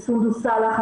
סונדוס סאלח,